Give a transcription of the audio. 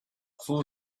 full